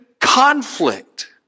conflict